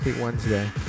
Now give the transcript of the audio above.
Wednesday